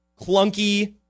clunky